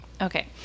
Okay